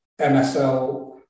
MSL